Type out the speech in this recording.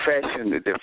fashion